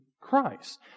Christ